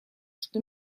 что